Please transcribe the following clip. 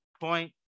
point